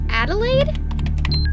Adelaide